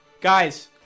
guys